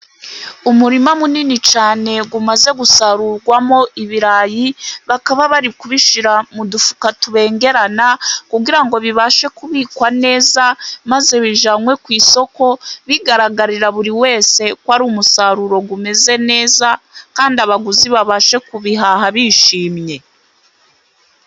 Umurima munini cyane umaze gusarurwamo ibirayi, bakaba bari kubishyira mu dufuka tubengerana, kugira ngo bibashe kubikwa neza maze bijyanywe ku isoko, bigaragarira buri wese ko ari umusaruro umeze neza, kandi abaguzi babashe kubihaha bishimye.